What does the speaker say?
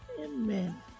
Amen